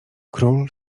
król